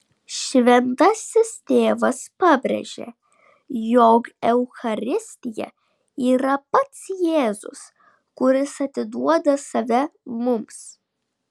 šventasis tėvas pabrėžė jog eucharistija yra pats jėzus kuris atiduoda save mums